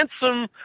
handsome